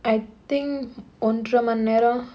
I think ஒன்ற மணி நேரம்:ondra mani neram